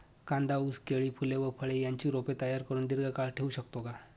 कांदा, ऊस, केळी, फूले व फळे यांची रोपे तयार करुन दिर्घकाळ ठेवू शकतो का?